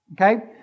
Okay